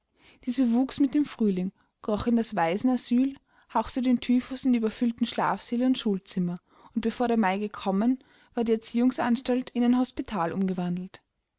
diese wuchs mit dem frühling kroch in das waisenasyl hauchte den typhus in die überfüllten schlafsäle und schulzimmer und bevor der mai gekommen war die erziehungsanstalt in ein hospital umgewandelt